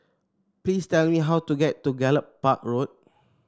please tell me how to get to Gallop Park Road